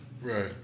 Right